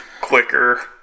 quicker